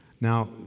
Now